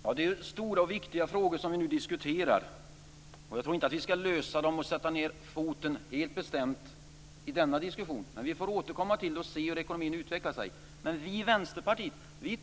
Fru talman! Det är stora och viktiga frågor som vi nu diskuterar, och jag tror inte att vi skall lösa dem och sätta ned foten helt bestämt i denna diskussion. Vi får återkomma till detta och se hur ekonomin utvecklar sig. Vi i Vänsterpartiet